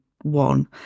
one